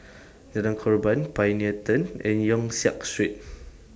Jalan Korban Pioneer Turn and Yong Siak Street